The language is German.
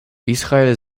israel